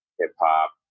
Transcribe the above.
hip-hop